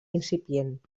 incipient